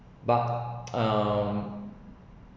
but um